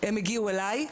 הם הגיעו אליי,